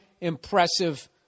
impressive